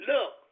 Look